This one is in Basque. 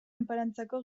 enparantzako